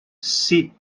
seed